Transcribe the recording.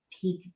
peak